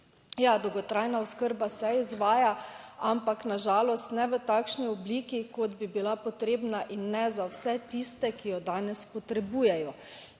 Ja, dolgotrajna oskrba se izvaja, ampak na žalost ne v takšni obliki kot bi bila potrebna in ne za vse tiste, ki jo danes potrebujejo.